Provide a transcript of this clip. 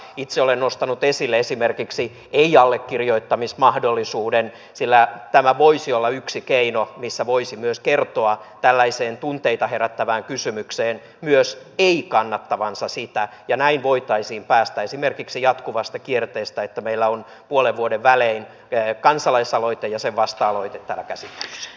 itse olen nostanut esille esimerkiksi ei allekirjoittamismahdollisuuden sillä tämä voisi olla yksi keino millä voisi myös kertoa tällaiseen tunteita herättävään kysymykseen myös ei kannattavansa sitä ja näin voitaisiin päästä esimerkiksi jatkuvasta kierteestä että meillä on puolen vuoden välein kansalaisaloite ja sen vasta aloite täällä käsittelyssä